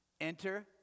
Enter